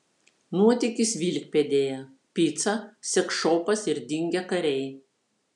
nuotykis vilkpėdėje pica seksšopas ir dingę kariai